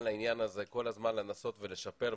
אבל חשפנו כבר.